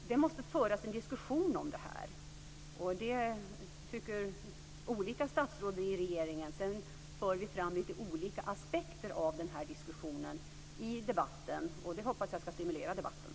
Det måste föras en diskussion om det här. Det tycker olika statsråd i regeringen. Sedan för vi fram lite olika aspekter av den diskussionen i debatten. Det hoppas jag ska stimulera debatten.